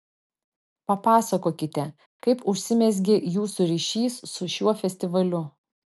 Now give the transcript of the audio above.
papasakokite kaip užsimezgė jūsų ryšys su šiuo festivaliu